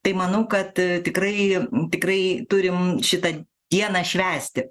tai manau kad tikrai tikrai turim šitą dieną švęsti